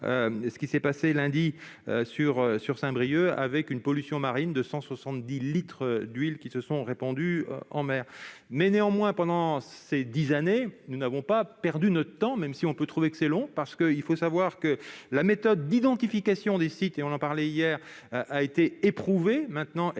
ce qui s'est passé lundi à Saint-Brieuc, avec une pollution marine de 170 litres d'huile qui se sont répandus en mer. Néanmoins, pendant ces dix années, nous n'avons pas perdu notre temps, même si l'on peut trouver que c'est long. Il faut savoir que la méthode d'identification des sites, dont on parlait hier, a été éprouvée, et qu'elle est